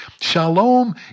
Shalom